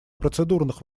процедурных